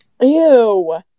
Ew